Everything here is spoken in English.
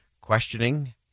questioning